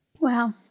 Wow